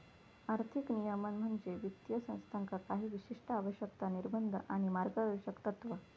आर्थिक नियमन म्हणजे वित्तीय संस्थांका काही विशिष्ट आवश्यकता, निर्बंध आणि मार्गदर्शक तत्त्वा